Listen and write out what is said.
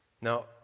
Now